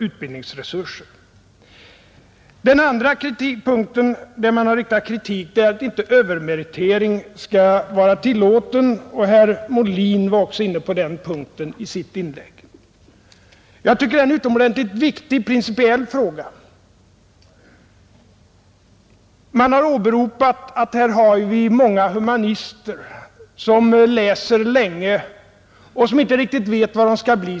För det andra har kritik riktats mot att inte övermeritering skall vara tillåten. Herr Molin var också inne på den punkten i sitt inlägg. Jag tycker att det är en utomordentligt viktig principiell fråga. Man har åberopat att vi har många humanister som läser länge och som inte riktigt vet vad de skall bli.